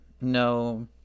No